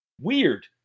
weird